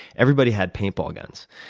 everybody had paintball guns.